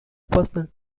personal